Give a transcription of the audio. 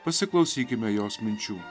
pasiklausykime jos minčių